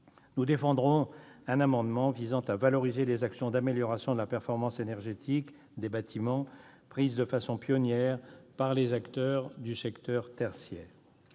Nous défendrons un amendement visant à valoriser les actions d'amélioration de la performance énergétique des bâtiments prises de façon pionnière par les acteurs du secteur tertiaire.